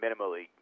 minimally